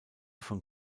von